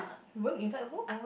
won't invite who